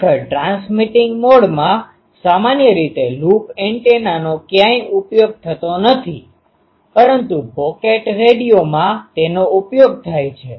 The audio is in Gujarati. ખરેખર ટ્રાન્સમિટિંગ મોડમાં સામાન્ય રીતે લૂપ એન્ટેનાનો ક્યાંય ઉપયોગ થતો નથી પરંતુ પોકેટ રેડિયોમાં તેનો ઉપયોગ થાય છે